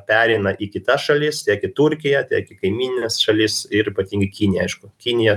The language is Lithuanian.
pereina į kitas šalis tiek į turkiją tiek į kaimynines šalis ir ypatingai kiniją aišku kinija